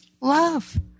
love